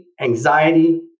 anxiety